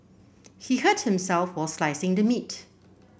he hurt himself while slicing the meat